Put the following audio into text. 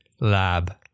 lab